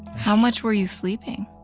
how much were you sleeping?